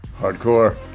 hardcore